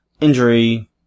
injury